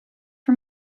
for